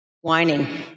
Whining